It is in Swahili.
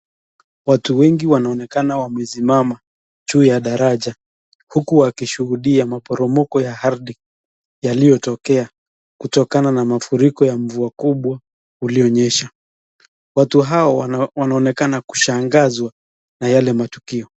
Watu wengi wanaonekana wamesimama juu ya daraja uku wakishuhudia maporomoko ya ardhi yaliyotokea kutokana na mafuriko ya mvua kubwa ulionyesha. Watu hao wanaonekana kushangazwa na yale matukio.